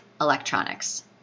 electronics